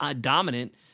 dominant